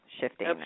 shifting